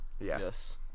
yes